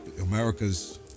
America's